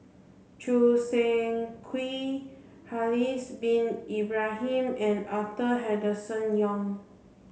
Choo Seng Quee Haslir bin Ibrahim and Arthur Henderson Young